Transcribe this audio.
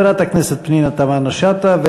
חברת הכנסת פנינה תמנו-שטה,